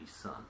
son